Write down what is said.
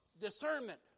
discernment